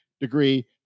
degree